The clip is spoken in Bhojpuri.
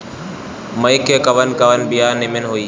मकई के कवन कवन बिया नीमन होई?